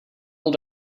old